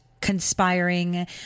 Conspiring